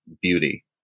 beauty